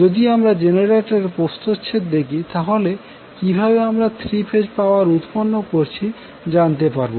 যদি আমরা জেনারেটরের প্রস্থচ্ছেদ দেখি তাহলে কিভাবে আমরা 3 ফেজ পাওয়ার উৎপন্ন করছি জানতে পারবো